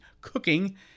cooking